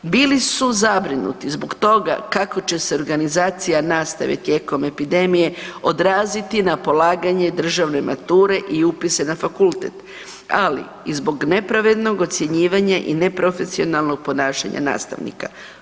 Bili su zabrinuti zbog toga kako će se organizacija nastave tijekom epidemije odraziti na polaganje državne mature i upise na fakultet, ali i zbog nepravednog ocjenjivanja i neprofesionalnog ponašanja nastavnika.